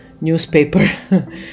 newspaper